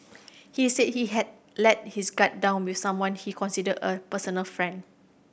he said he had let his guard down with someone he considered a personal friend